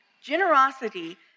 Generosity